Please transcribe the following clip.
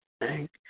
Thank